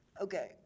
Okay